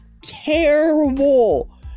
terrible